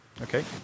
Okay